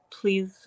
Please